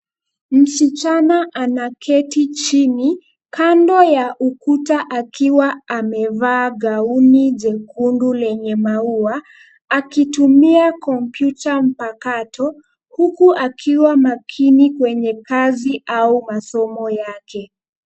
Msichana anaketi chini, kando ya ukuta akiwa amevaa gauni jekundu lenye maua, akitumia kompyuta mpakato, huku akiwa makini kwenye kazi au masomo yake.